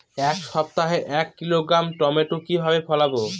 এক সপ্তাহে এক কিলোগ্রাম টমেটো কিভাবে ফলাবো?